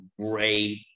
great